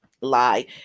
lie